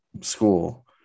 school